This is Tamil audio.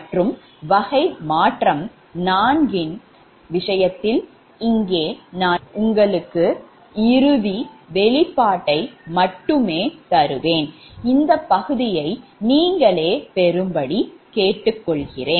மற்றும் வகை 4 மாற்றத்தின் விஷயத்தில் இங்கே நான் உங்களுக்கு இறுதி வெளிப்பாட்டை மட்டுமே தருவேன் இந்த பகுதியை நீங்களே பெறும்படி கேட்டுக்கொள்கிறேன்